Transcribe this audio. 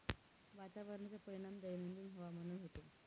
वातावरणाचा परिणाम दैनंदिन हवामानावर होतो